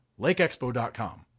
Lakeexpo.com